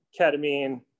ketamine